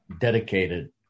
dedicated